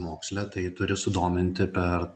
moksle tai turi sudominti per